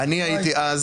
אני הייתי אז